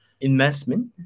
investment